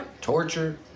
torture